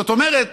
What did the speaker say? זאת אומרת,